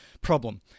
problem